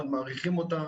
מאוד מעריכים אותה